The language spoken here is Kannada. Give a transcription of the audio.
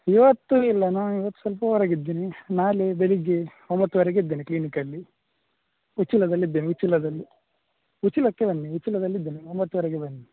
ಇವತ್ತು ಇಲ್ಲ ನಾನು ಇವತ್ತು ಸ್ವಲ್ಪ ಹೊರಗಿದ್ದೇನೆ ನಾಳೆ ಬೆಳಿಗ್ಗೆ ಒಂಬತ್ತುವರೆಗೆ ಇದ್ದೇನೆ ಕ್ಲಿನಿಕಲ್ಲಿ ಉಚ್ಚಿಲದಲ್ಲಿ ಇದ್ದೇನೆ ಉಚ್ಚಿಲದಲ್ಲಿ ಉಚ್ಚಿಲಕ್ಕೆ ಬನ್ನಿ ಉಚ್ಚಿಲದಲ್ಲಿ ಇದ್ದೇನೆ ಒಂಬತ್ತುವರೆಗೆ ಬನ್ನಿ